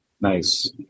Nice